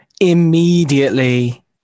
immediately